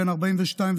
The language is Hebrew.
בן 42,